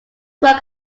work